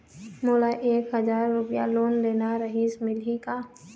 मोला एक हजार रुपया लोन लेना रीहिस, मिलही का?